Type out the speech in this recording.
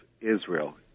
Israel